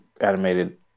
animated